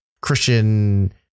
Christian